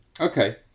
okay